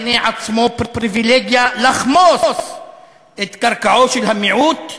עצמו פריבילגיה לחמוס את קרקעו של המיעוט,